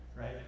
right